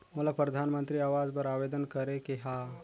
मोला परधानमंतरी आवास बर आवेदन करे के हा?